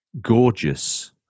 gorgeous